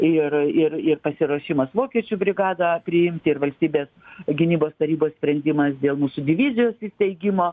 ir ir ir pasiruošimas vokiečių brigadą priimti ir valstybės gynybos tarybos sprendimas dėl mūsų divizijos įteigimo